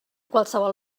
qualsevol